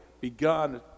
begun